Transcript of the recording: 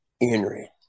Henry